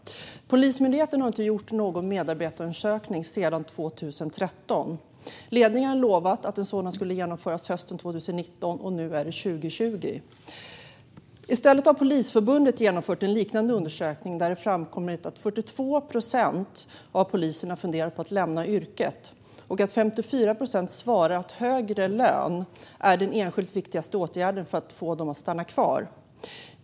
Polismyndigheten har inte gjort någon medarbetarundersökning sedan 2013. Ledningen lovade att en sådan skulle genomföras hösten 2019, och nu är det 2020. I stället har Polisförbundet genomfört en liknande undersökning där det framkommit att 42 procent av poliserna funderar på att lämna yrket och att 54 procent svarade att högre lön är den enskilt viktigaste åtgärden för att få dem att stanna kvar.